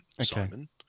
Simon